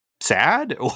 sad